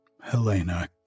Helena